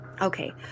Okay